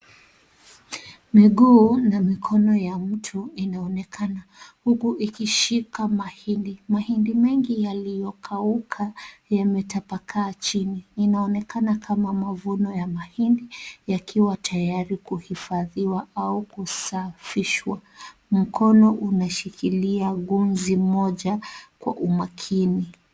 Miguu na mikono ya mtu inaonekana huku ikishika mahindi. Mahindi mengi yaliyokauka yametapakaa chini. Inaonekana kama mavuno ya mahindi yakiwa tayari kuhifadhiwa au kusafishwa. Mkono unashikilia gunzi moja kwa umakini.